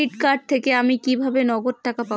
Credit card থেকে আমি কিভাবে নগদ পাব?